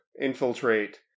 infiltrate